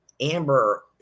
amber